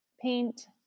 paint